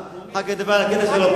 עכשיו אני מדבר על הקטע של הממשלה.